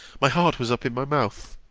my heart was up in my mouth.